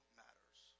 matters